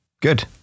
good